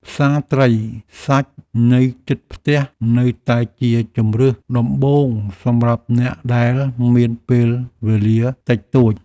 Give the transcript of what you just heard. ផ្សារត្រីសាច់នៅជិតផ្ទះនៅតែជាជម្រើសដំបូងសម្រាប់អ្នកដែលមានពេលវេលាតិចតួច។